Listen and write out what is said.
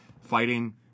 fighting